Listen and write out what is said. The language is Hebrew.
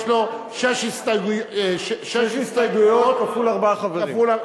יש לו שש הסתייגויות כפול, ארבעה חברים.